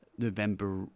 November